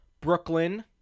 Brooklyn